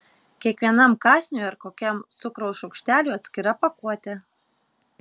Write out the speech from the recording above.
kiekvienam kąsniui ar kokiam cukraus šaukšteliui atskira pakuotė